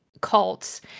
cults